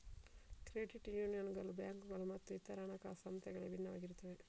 credit ಯೂನಿಯನ್ಗಳು ಬ್ಯಾಂಕುಗಳು ಮತ್ತು ಇತರ ಹಣಕಾಸು ಸಂಸ್ಥೆಗಳಿಂದ ಭಿನ್ನವಾಗಿರುತ್ತವೆ